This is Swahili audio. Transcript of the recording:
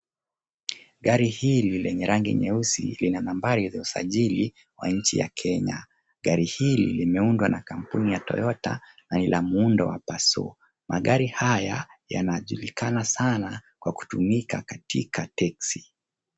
Gari hili lenye rangi nyeusi lina nambari za usajili wa nchi ya Kenya. Gari hili limeundwa na kampuni ya Toyota na ni la muundo wa Passo. Magari haya yanajulikana sana kwa kutumika katika teksi.